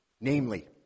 namely